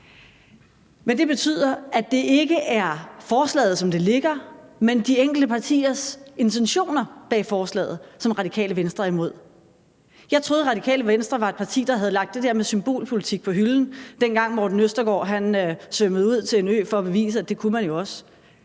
Men det betyder, at det ikke er forslaget, som det ligger, men de enkelte partiers intentioner bag forslaget, som Radikale Venstre er imod. Jeg troede, Radikale Venstre var et parti, der havde lagt det der med symbolpolitik på hylden, dengang Morten Østergaard svømmede ud til en ø for at bevise, at det kunne man jo også.